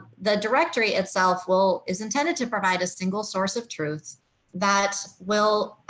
the directory itself will is intended to provide a single source of truth that will